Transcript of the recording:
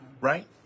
right